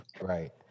right